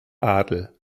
adel